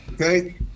Okay